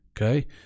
Okay